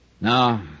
No